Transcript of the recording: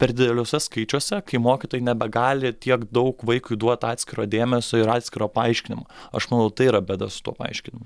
per dideliuose skaičiuose kai mokytojai nebegali tiek daug vaikui duot atskiro dėmesio ir atskiro paaiškinimo aš manau tai yra bėda su tuo paaiškinimu